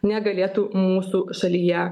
negalėtų mūsų šalyje